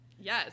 Yes